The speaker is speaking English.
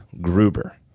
gruber